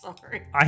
Sorry